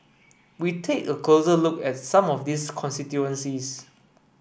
we take a closer look at some of these constituencies